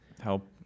Help